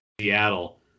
seattle